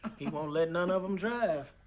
he won't let none of them drive.